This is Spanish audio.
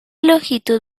longitud